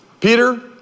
Peter